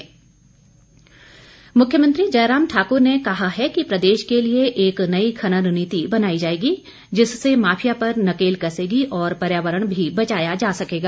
मुख्यमंत्री मुख्यमंत्री जयराम ठाकुर ने कहा है कि प्रदेश के लिए एक नई खनन नीति बनाई जाएगी जिससे माफिया पर नकेल कसेगी और पर्यावरण भी बचाया जा सकेगा